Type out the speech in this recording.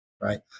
right